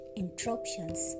interruptions